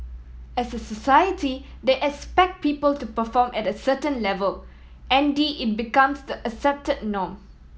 as a society they expect people to perform at a certain level n d it becomes the accepted norm